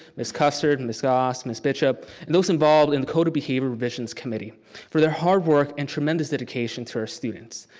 ms. custard, and ms. goss, ms. bishop, and those involved in the code of behavior revisions committee for their hard work and tremendous dedication to our students.